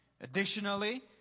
Additionally